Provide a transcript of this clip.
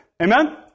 Amen